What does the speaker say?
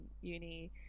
uni